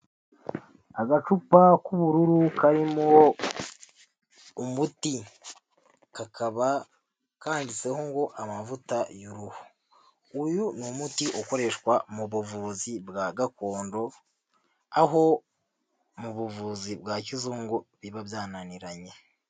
Agacupa k'ubururu karimo umuti kakaba kanditseho ngo amavuta y'uruhu. Uyu ni umuti ukoreshwa mu buvuzi bwa gakondo aho mu buvuzi bwa kizungu biba byananiranye.